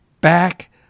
back